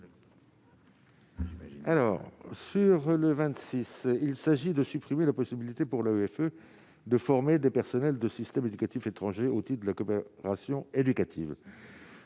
Alors sur le 26 il s'agit de supprimer la possibilité pour le FE de former des personnels de système éducatif étranger au Tir de la ration éducative